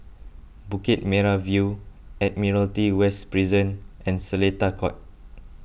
Bukit Merah View Admiralty West Prison and Seletar Court